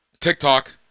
TikTok